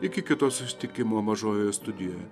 iki kito susitikimo mažojoje studijoje